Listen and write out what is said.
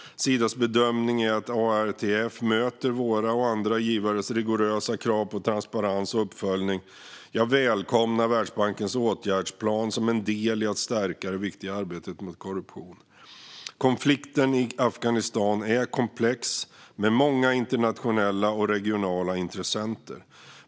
Sidas bedömning är att ARTF möter våra och andra givares rigorösa krav på transparens och uppföljning. Jag välkomnar Världsbankens åtgärdsplan som en del i att stärka det viktiga arbetet mot korruption. Konflikten i Afghanistan är komplex med många internationella och regionala intressenter.